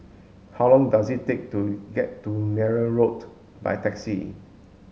how long does it take to get to Merryn Road by taxi